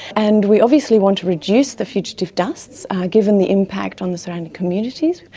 and we obviously want to reduce the fugitive dusts given the impact on the surrounding communities.